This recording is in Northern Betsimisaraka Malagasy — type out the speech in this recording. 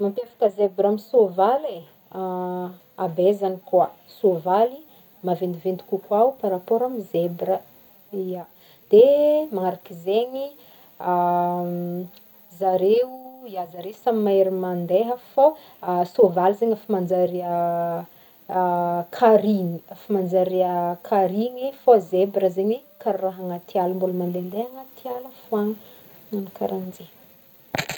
Mampiavaky zebra amy soavaly e, habezany koa, soavaly maventiventy kokoa par rapport amy zebra, ya dia manaraky zegny, zareo ya zare samy mahery mandeha fô soavaly zagny efa manjary karigna, efa manjary karigny fô zebra zegny karaha anaty ala mbola mandendeha foagna, managno karaha zegny.